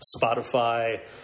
spotify